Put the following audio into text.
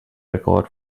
record